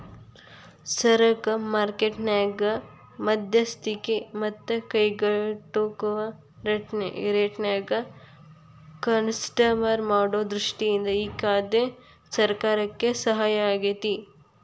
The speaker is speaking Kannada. ಸರಕ ಮಾರ್ಕೆಟ್ ನ್ಯಾಗ ಮಧ್ಯಸ್ತಿಕಿ ಮತ್ತ ಕೈಗೆಟುಕುವ ರೇಟ್ನ್ಯಾಗ ಕನ್ಪರ್ಮ್ ಮಾಡೊ ದೃಷ್ಟಿಯಿಂದ ಈ ಕಾಯ್ದೆ ಸರ್ಕಾರಕ್ಕೆ ಸಹಾಯಾಗೇತಿ